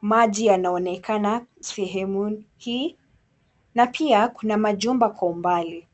Maji yanaonekana sehemu hii na pia kuna majumba kwa umbali.